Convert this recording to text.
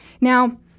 Now